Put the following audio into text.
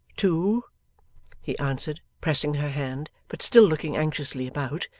too he answered, pressing her hand, but still looking anxiously about.